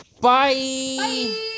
Bye